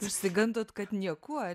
išsigandot kad niekuo